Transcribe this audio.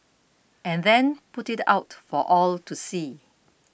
and then put it out for all to see